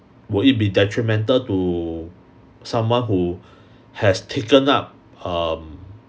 will it be detrimental to someone who has taken up um